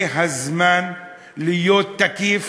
זה הזמן להיות תקיף,